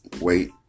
wait